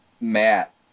Matt